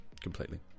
completely